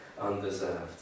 undeserved